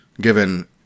given